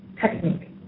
technique